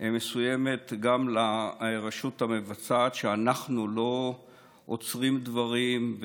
מסוימת לרשות המבצעת שאנחנו לא עוצרים דברים,